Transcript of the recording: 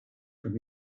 from